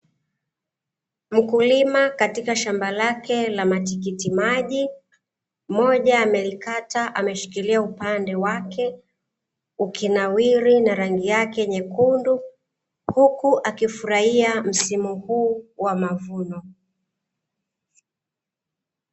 Mkulima katika shamba lake la matikitimaji, moja amelikata ameshikilia upande wake, ukinawiri na rangi yake nyekundu, huku akifurahia msimu huu wa mavuno.